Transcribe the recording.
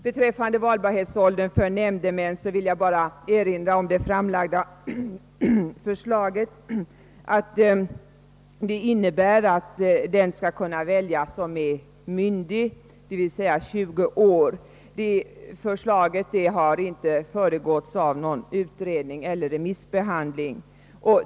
Beträffande :valbarhetsåldern = för nämndemän vill jag bara erinra om att det framlagda förslaget att den skall kunna väljas som är myndig — d. v. s. den som fyllt 20 år — inte har föregåtts av utredning eller remissbehandling.